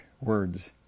words